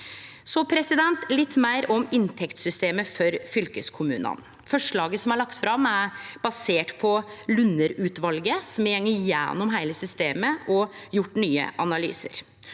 helsetenesta. Litt meir om inntektssystemet for fylkeskommunane: Forslaget som er lagt fram, er basert på Lunder-utvalet, som har gått gjennom heile systemet og gjort nye analysar.